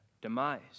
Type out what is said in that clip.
demise